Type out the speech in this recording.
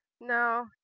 No